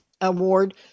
award